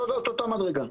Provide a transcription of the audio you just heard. אותה מדרגה.